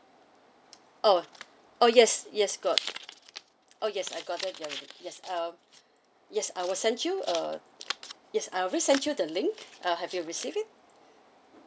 oh oh yes yes got oh yes I've gotten your yes uh yes I will sent you uh yes I already sent you the link uh have you receive it